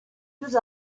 eus